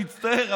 מצטער,